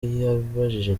yabajije